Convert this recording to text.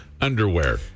underwear